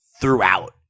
throughout